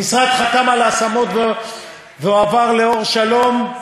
המשרד חתם על ההשמות והעביר ל"אור שלום",